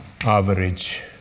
average